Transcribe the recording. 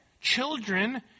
children